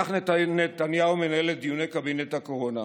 כך נתניהו מנהל את דיוני קבינט הקורונה,